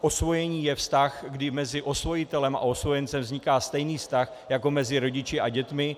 Osvojení je vztah, kdy mezi osvojitelem a osvojencem vzniká stejný vztah jako mezi rodiči a dětmi.